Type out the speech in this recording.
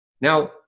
now